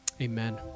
Amen